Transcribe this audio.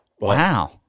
Wow